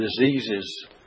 diseases